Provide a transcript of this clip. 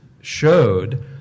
showed